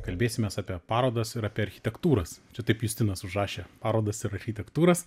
kalbėsimės apie parodas ir apie architektūras čia taip justinas užrašė parodas ir architektūras